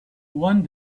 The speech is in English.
one